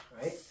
right